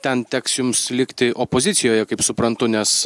ten teks jums likti opozicijoje kaip suprantu nes